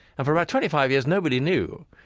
and for about twenty five years nobody knew.